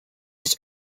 has